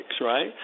right